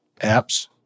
apps